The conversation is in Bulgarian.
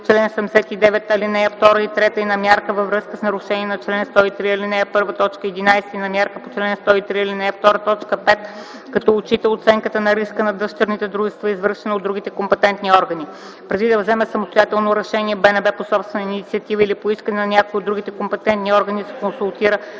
чл. 79, ал. 2 и 3, на мярка във връзка с нарушение по чл. 103, ал. 1, т. 11 и на мярка по чл. 103, ал. 2, т. 5, като отчита оценката на риска на дъщерните дружества, извършена от другите компетентни органи. Преди да вземе самостоятелно решение, БНБ по собствена инициатива или по искане на някой от другите компетентни органи се консултира